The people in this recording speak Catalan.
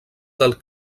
del